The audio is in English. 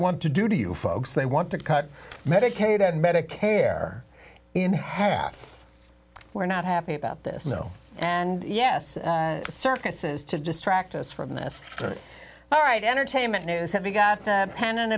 want to do to you folks they want to cut medicaid and medicare in half we're not happy about this no and yes circuses to distract us from this all right entertainment news have you got a pen and